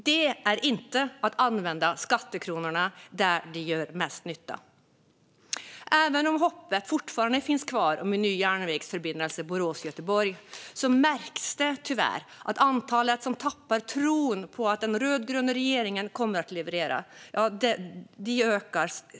Det är inte att använda skattekronorna där de gör mest nytta. Även om hoppet fortfarande finns kvar om en ny järnvägsförbindelse mellan Borås och Göteborg märks det tyvärr att antalet ständigt ökar som tappar tron på att den rödgröna regeringen kommer att leverera.